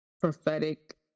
prophetic